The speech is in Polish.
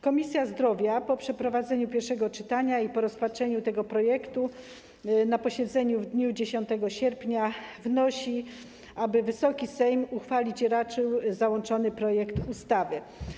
Komisja Zdrowia po przeprowadzeniu pierwszego czytania i po rozpatrzeniu tego projektu na posiedzeniu w dniu 10 sierpnia wnosi, aby Wysoki Sejm uchwalić raczył załączony projekt ustawy.